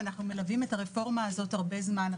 ואנחנו מלווים את הרפורמה הזאת הרבה זמן.